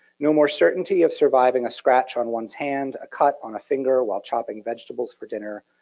no more certainty of surviving a scratch on one's hand, a cut on a finger while chopping vegetables for dinner,